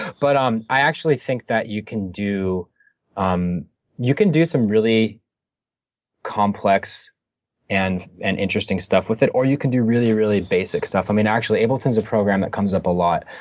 but um i actually think that you can do um you can do some really complex and and interesting stuff with it, or you can do really really basic stuff. i mean actually, ableton is a program that comes up a lot.